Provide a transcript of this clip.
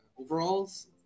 overalls